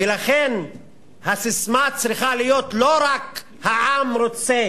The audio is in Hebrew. ולכן הססמה צריכה להיות לא רק "העם רוצה